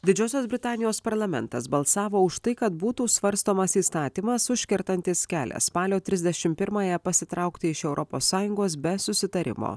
didžiosios britanijos parlamentas balsavo už tai kad būtų svarstomas įstatymas užkertantis kelią spalio trisdešimt pirmąją pasitraukti iš europos sąjungos be susitarimo